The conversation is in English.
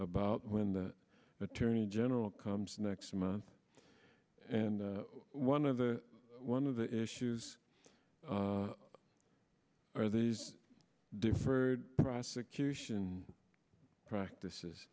about when the attorney general comes next month and one of the one of the issues are these deferred prosecution practices